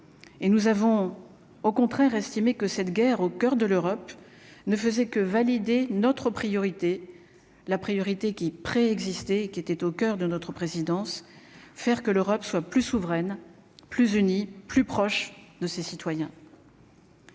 et nous avons au contraire estimé que cette guerre au coeur de l'Europe ne faisait que valider notre priorité la priorité qui préexistait et qui était au coeur de notre présidence, faire que l'Europe soit plus souveraine plus unie, plus proche de ses citoyens.